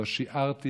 לא שיערתי,